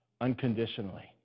unconditionally